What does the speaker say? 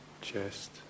chest